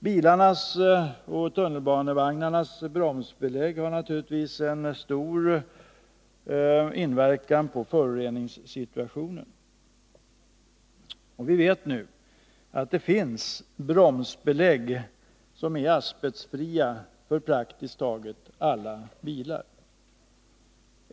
Bilarnas och tunnelbanevagnarnas bromsbelägg har naturligtvis en stor inverkan på föroreningssituationen. Vi vet nu att det finns asbestfria bromsbelägg för praktiskt taget alla bilar.